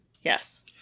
Yes